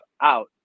out